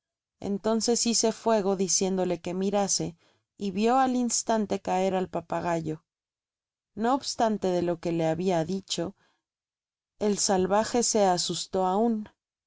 entonces hice fuego diciéndole que mirase y vió al instante caer al papagayo pte obstante de lque le habia dicho mi salvaje se asustó aun